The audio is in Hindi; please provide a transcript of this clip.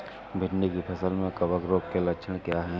भिंडी की फसल में कवक रोग के लक्षण क्या है?